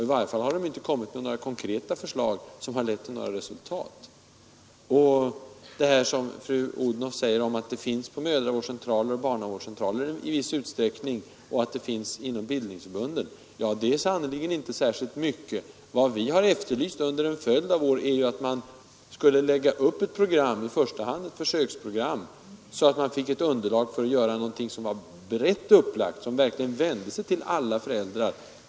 I varje fall har de inte kommit med några konkreta förslag som har lett till några resultat. Fru Odhnoff säger att utbildning i viss utsträckning sker på mödravårdsoch barnavårdscentraler och inom bildningsförbunden. Ja, men det är sannerligen inte särskilt mycket. Vi har under en följd av år efterlyst ett program — i första hand ett försöksprogram — så att man fick underlag för en utbildning som är brett upplagd, som verkligen vänder sig till alla föräldrar.